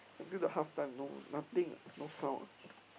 until the halftime no nothing ah no sound ah